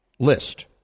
list